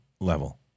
level